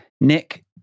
Nick